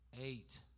eight